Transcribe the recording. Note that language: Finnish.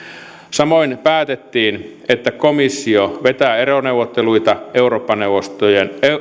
samoin päätettiin että komissio vetää eroneuvotteluita eurooppa neuvoston